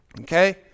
Okay